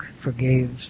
forgave